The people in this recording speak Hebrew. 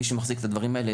מי שמחזיק את הדברים האלה,